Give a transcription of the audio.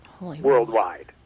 worldwide